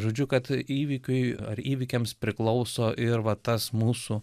žodžiu kad įvykiui ar įvykiams priklauso ir va tas mūsų